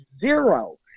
zero